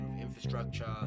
infrastructure